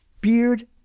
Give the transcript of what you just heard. Beard